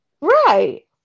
Right